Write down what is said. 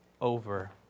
over